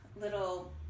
little